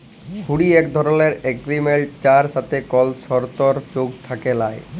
হুঁড়ি এক ধরলের এগরিমেনট যার সাথে কল সরতর্ যোগ থ্যাকে ল্যায়